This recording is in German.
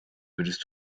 würdest